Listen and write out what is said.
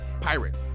pirate